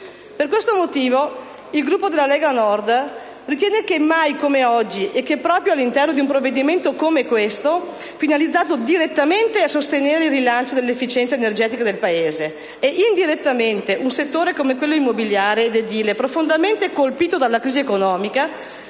Per questo motivo, il Gruppo della Lega Nord ritiene che mai come oggi, e che proprio all'interno di un provvedimento come questo, finalizzato a sostenere direttamente il rilancio dell'efficienza energetica del Paese e, indirettamente, un settore come quello immobiliare ed edile, profondamente colpito dalla crisi economica,